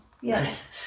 Yes